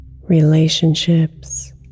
relationships